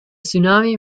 tsunami